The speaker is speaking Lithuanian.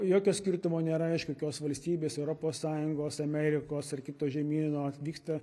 jokio skirtumo nėra iš kokios valstybės europos sąjungos amerikos ar kito žemyno atvyksta